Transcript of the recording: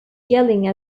yelling